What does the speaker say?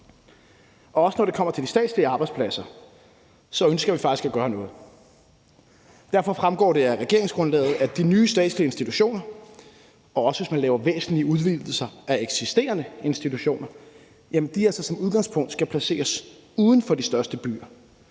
Også når det kommer til de statslige arbejdspladser, ønsker vi faktisk at gøre noget. Derfor fremgår det af regeringsgrundlaget, at de nye statslige institutioner, og også hvis man laver væsentlige udvidelser af eksisterende institutioner, som udgangspunkt skal placeres uden for de største byer,